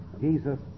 Jesus